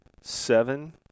seven